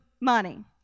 money